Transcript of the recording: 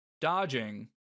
dodging